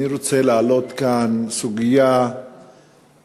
אני רוצה להעלות כאן סוגיה חשובה,